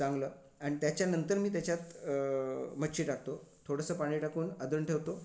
चांगलं आणि त्याच्यानंतर मी त्याच्यात मच्छी टाकतो थोडंसं पाणी टाकून आधण ठेवतो